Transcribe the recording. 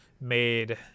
made